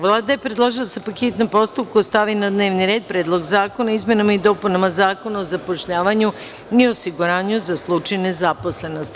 Vlada je predložila da se po hitnom postupku stavi na dnevni red Predlog zakona o izmenama i dopunama Zakona o zapošljavanju i osiguranju za slučaj nezaposlenosti.